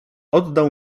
oddał